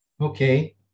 Okay